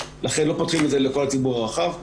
לכן לא פותחים את זה לכל הציבור הרחב,